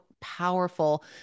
powerful